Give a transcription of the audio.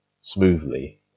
smoothly